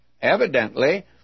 Evidently